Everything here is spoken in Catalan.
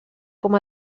com